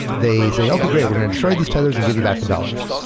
they say, okay, great. we're going to destroy these tethers and give you back the dollars.